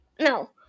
no